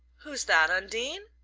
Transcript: who's that? undine?